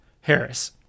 Harris